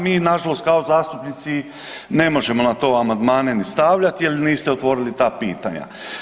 Mi na žalost kao zastupnici ne možemo na to amandmane ni stavljati jer niste otvorili ta pitanja.